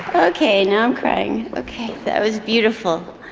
okay, now i'm crying, okay. that was beautiful.